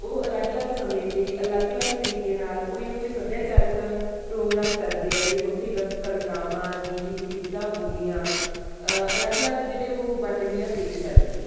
ਉਹ ਅਲੱਗ ਅਲੱਗ ਸਮੇਂ 'ਤੇ ਅਲੱਗ ਅਲੱਗ ਤਰੀਕੇ ਨਾਲ਼ ਕੋਈ ਨਾ ਕੋਈ ਸੱਭਿਆਚਾਰਕ ਪ੍ਰੋਗਰਾਮ ਕਰਦੇ ਹੈਗੇ ਉੱਥੇ ਗ ਕਵਿਤਾਵਾਂ ਗੀਤ ਗਿੱਧਾ ਬੋਲੀਆਂ ਅਲੱਗ ਅਲੱਗ ਜਿਹੜੇ ਉਹ ਵੰਨਗੀਆਂ ਪੇਸ਼ ਕਰਦੇ ਨੇ